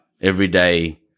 everyday